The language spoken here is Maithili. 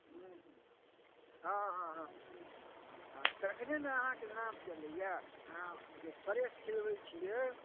हँ हँ हँ हँ तखने ने अहाँके नाम चलैय अहाँ जे फ्रेश खिलबै छियै